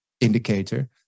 indicator